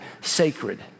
sacred